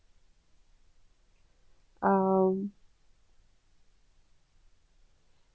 um